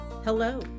Hello